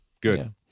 good